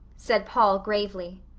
said paul gravely.